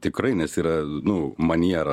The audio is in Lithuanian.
tikrai nes yra nu maniera